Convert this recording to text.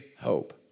hope